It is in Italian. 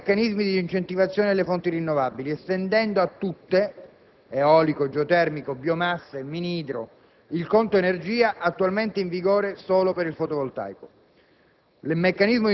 per cambiare i meccanismi di incentivazione delle fonti rinnovabili, estendendo a tutte (eolico, geotermico, biomasse, mini-idro) il conto energia attualmente in vigore solo per il fotovoltaico,